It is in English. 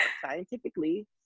scientifically